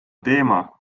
teema